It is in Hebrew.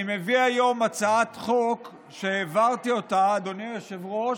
אני מביא היום הצעת חוק שהעברתי, אדוני היושב-ראש,